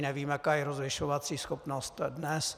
Nevím, jaká je rozlišovací schopnost dnes.